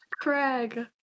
Craig